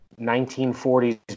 1940s